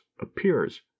appears